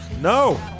No